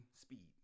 speed